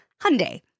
Hyundai